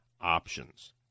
options